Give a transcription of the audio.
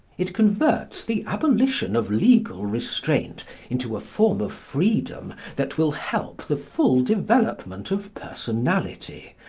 it converts the abolition of legal restraint into a form of freedom that will help the full development of personality,